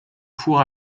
four